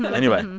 but anyway,